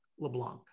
LeBlanc